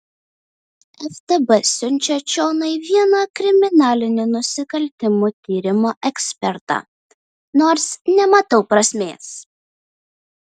ftb siunčia čionai vieną kriminalinių nusikaltimų tyrimų ekspertą nors nematau prasmės